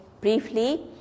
briefly